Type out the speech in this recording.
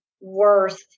worth